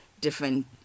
different